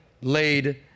laid